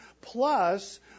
plus